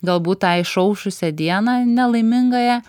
galbūt tą išaušusią dieną nelaimingąją